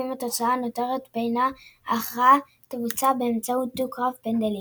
ואם התוצאה נותרת בעינה ההכרעה תבוצע באמצעות דו-קרב פנדלים.